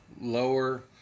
lower